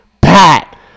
Pat